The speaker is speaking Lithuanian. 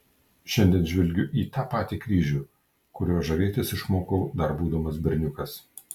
šiandien žvelgiu į tą patį kryžių kuriuo žavėtis išmokau dar būdamas berniukas